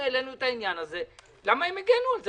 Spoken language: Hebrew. כשהעלינו את העניין, לא נאמר למה הם הגנו על זה.